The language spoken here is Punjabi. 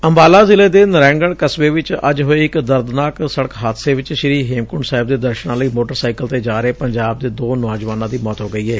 ਅੰਬਾਲਾ ਜ਼ਿਲ੍ਹੇ ਦੇ ਨਰਾਇਣਗੜ੍ ਕਸਬੇ ਵਿਚ ਅੱਜ ਹੋਏ ਇਕ ਦਰਦਨਾਕ ਸੜਕ ਹਾਦਸੇ ਵਿਚ ਸ੍ਰੀ ਹੇਮਕੁੰਟ ਸਾਹਿਬ ਦੇ ਦਰਸਨਾਂ ਲਈ ਮੋਟਰ ਸਾਈਕਲ ਤੇ ਜਾ ਰਹੇ ਪੰਜਾਬ ਦੇ ਦੋ ਨੌਜੁਆਨਾਂ ਦੀ ਮੌਤ ਹੋ ਗਈ ਏ